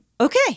Okay